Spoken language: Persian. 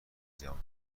جوان